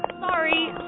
Sorry